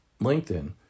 LinkedIn